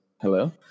Hello